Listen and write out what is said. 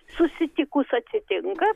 susitikus atsitinka